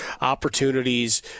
opportunities